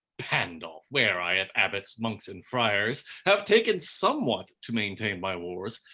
pandulph, where i of abbots, monks, and friars have taken somewhat to maintain my wars,